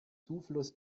zufluss